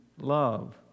Love